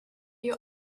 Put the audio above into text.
you